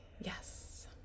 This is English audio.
Yes